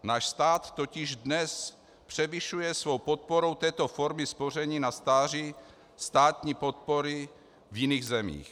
Náš stát totiž dnes převyšuje svou podporou této formy spoření na stáří státní podpory v jiných zemích.